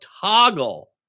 toggle